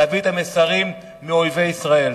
להביא את המסרים מאויבי ישראל.